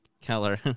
Keller